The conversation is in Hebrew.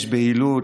יש בהילות.